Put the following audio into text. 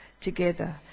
together